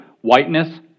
Whiteness